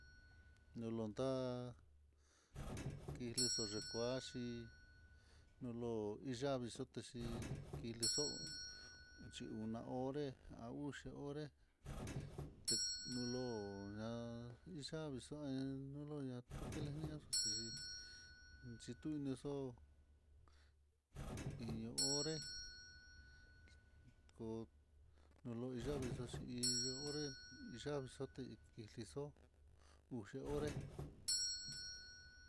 Nolonta'a kilixo likuaxhi, nolo iyavii xhotexi, ilexo chí una horé a uxi horé te nolo ña'a, yavii tan nuyolo ña tukenia xhitexi, xhitu inixo iño horé ko'o noleyavii xaxhí, iin yavii xaté ilixo'omuxi horé.